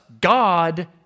God